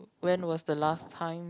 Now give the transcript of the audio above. when was the last time